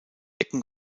ecken